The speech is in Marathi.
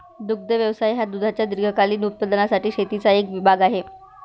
दुग्ध व्यवसाय हा दुधाच्या दीर्घकालीन उत्पादनासाठी शेतीचा एक विभाग आहे